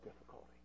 difficulty